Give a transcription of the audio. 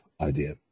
idea